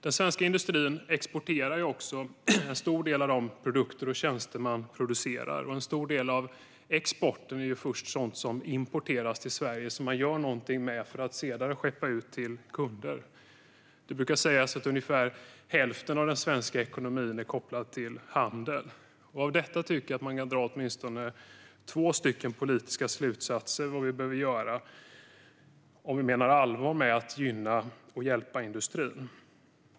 Den svenska industrin exporterar en stor del av de produkter och tjänster den producerar. Även en stor del av exporten är sådant som först importeras, som man gör någonting med för att sedan skeppa ut det till kunder. Det brukar sägas att ungefär hälften av den svenska ekonomin är kopplad till handel. Av detta tycker jag att man kan dra åtminstone två politiska slutsatser om vad vi behöver göra om vi menar allvar med att gynna och hjälpa industrin.